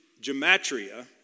Gematria